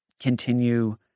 continue